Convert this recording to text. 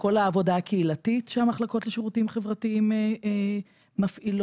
כל העבודה הקהילתית שהמחלקות לשירותים חברתיים מפעילה,